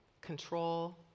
control